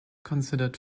considered